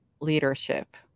leadership